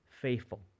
faithful